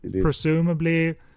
presumably